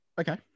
Okay